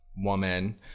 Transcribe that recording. woman